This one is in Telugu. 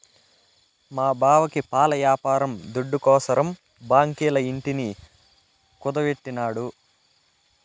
మా బావకి పాల యాపారం దుడ్డుకోసరం బాంకీల ఇంటిని కుదువెట్టినాడు